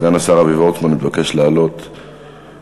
סגן השר אבי וורצמן מתבקש לעלות לדוכן.